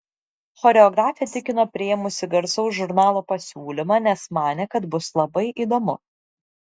choreografė tikino priėmusi garsaus žurnalo pasiūlymą nes manė kad bus labai įdomu